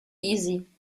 easy